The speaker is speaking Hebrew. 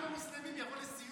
המוסלמים בממשלה.